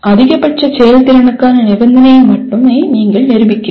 அதிகபட்ச செயல்திறனுக்கான நிபந்தனையை மட்டுமே நீங்கள் நிரூபிக்கிறீர்கள்